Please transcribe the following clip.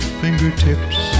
fingertips